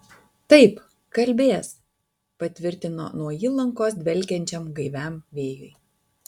taip kalbės patvirtino nuo įlankos dvelkiančiam gaiviam vėjui